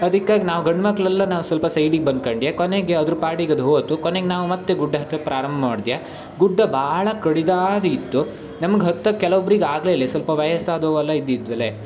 ಅದಕ್ಕಾಗಿ ನಾವು ಗಂಡು ಮಕ್ಕಳೆಲ್ಲ ನಾವು ಸ್ವಲ್ಪ ಸೈಡಿಗೆ ಬಂದ್ಕಂಡ್ಯ ಕೊನೆಗೆ ಅದ್ರ ಪಾಡಿಗೆ ಅದು ಹೋಯ್ತು ಕೊನೆಗೆ ನಾವು ಮತ್ತೆ ಗುಡ್ಡ ಹತ್ತಕ್ಕೆ ಪ್ರಾರಂಭ ಮಾಡ್ದ್ಯ ಗುಡ್ಡ ಭಾಳ ಕಡಿದಾದ ಇತ್ತು ನಮಗೆ ಹತ್ತಕ್ಕೆ ಕೆಲವೊಬ್ರಿಗೆ ಆಗಲೇ ಇಲ್ಲ ಸ್ವಲ್ಪ ವಯಸ್ಸಾದವ್ರೆಲ್ಲ ಇದ್ದಿದ್ರಲೆ